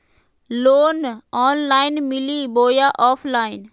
Loan online मिली बोया offline?